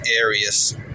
areas